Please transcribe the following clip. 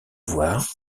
voir